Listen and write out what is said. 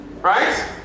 Right